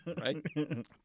right